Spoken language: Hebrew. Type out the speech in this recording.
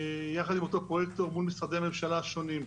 יחד עם אותו פרויקטור, מול משרדי הממשלה השונים.